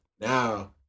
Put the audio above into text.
now